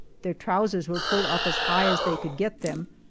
their trousers were pulled up as high as they could get them,